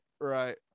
right